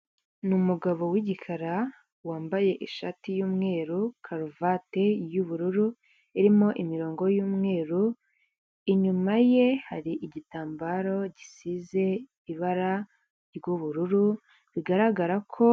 Ni umugabo w'igikara wambaye ishati y'umweru karuvati y'ubururu irimo imirongo y'umweru, inyuma ye hari igitambaro gisize ibara ry'ubururu, bigaragara ko,